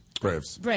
Braves